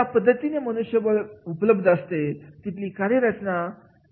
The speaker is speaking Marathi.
ज्या पद्धतीने मनुष्यबळ उपलब्ध असते तिथली कार्य रचना असते